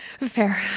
Fair